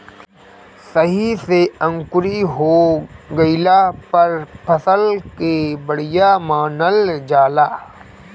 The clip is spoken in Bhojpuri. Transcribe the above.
सही से अंकुरी हो गइला पर फसल के बढ़िया मानल जाला